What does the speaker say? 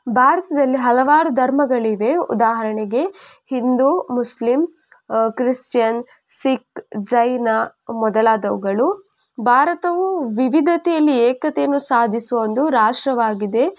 ಭಾರತದಲ್ಲಿ ಹಲವಾರು ಧರ್ಮಗಳಿವೆ ಉದಾಹರಣೆಗೆ ಹಿಂದೂ ಮುಸ್ಲಿಮ್ ಕ್ರಿಶ್ಚನ್ ಸಿಖ್ ಜೈನ ಮೊದಲಾದವುಗಳು ಭಾರತವು ವಿವಿಧತೆಯಲ್ಲಿ ಏಕತೆಯನ್ನು ಸಾಧಿಸುವ ಒಂದು ರಾಷ್ಟ್ರವಾಗಿದೆ